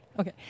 Okay